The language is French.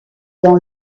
dans